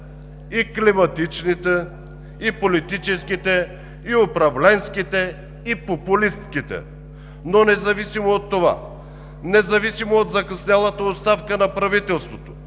и климатичните, и политическите, и управленските, и популистките, но независимо от това, независимо от закъснялата оставка на правителството,